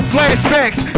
Flashbacks